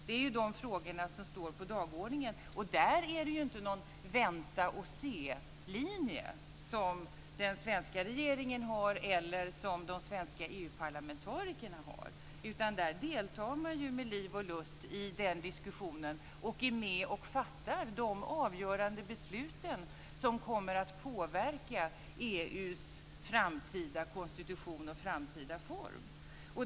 Det är ju de frågorna som står på dagordningen och där är det inte någon väntaoch-se-linje som den svenska regeringen eller de svenska EU-parlamentarikerna har, utan i den diskussionen deltar man med liv och lust och är med och fattar de avgörande beslut som kommer att påverka EU:s framtida konstitution och framtida form.